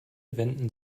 wenden